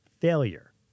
failure